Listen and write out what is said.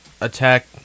attack